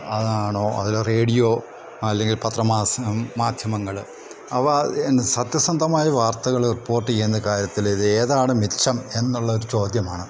അതാണോ അതിൽ റേഡിയോ അല്ലെങ്കിൽ പത്രമാസ മാധ്യമങ്ങൾ അവ എന്നും സത്യസന്ധമായ വാർത്തകൾ റിപ്പോർട്ട് ചെയ്യുന്ന കാര്യത്തിൽ ഇത് ഏതാണ് മിച്ചം എന്നുള്ളൊരു ചോദ്യമാണ്